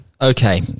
Okay